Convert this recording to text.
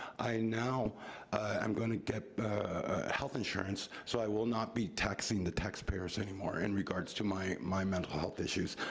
i now am gonna get health insurance, so i will not be taxing the taxpayers anymore in regards to my my mental health issues.